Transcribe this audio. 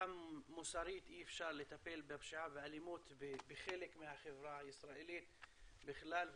גם מוסרית אי-אפשר לטפל בפשיעה ובאלימות בחלק מהחברה הישראלית בכלל,